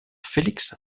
felix